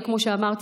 כמו שאמרתי,